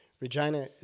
Regina